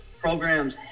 programs